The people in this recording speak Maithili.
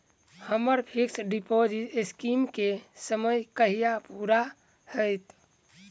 हम्मर फिक्स डिपोजिट स्कीम केँ समय कहिया पूरा हैत?